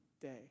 day